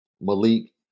Malik